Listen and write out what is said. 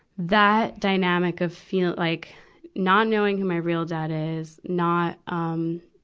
that dynamic of feel, like not knowing who my real dad is, not, um,